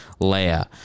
Leia